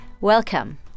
Welcome